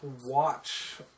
watch